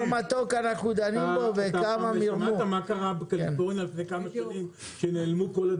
לא שמעת מה קרה בפריפריה לפני כמה שנים שנעלמו כל הדבורים?